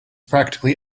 practically